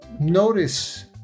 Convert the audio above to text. notice